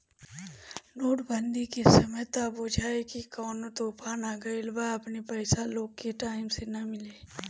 note बंदी के समय त बुझाए की कवनो तूफान आ गईल बा अपने पईसा लोग के टाइम से ना मिले